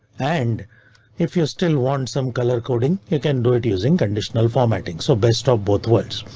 and if you still want some color coding you can do it using conditional formatting. so best of both worlds.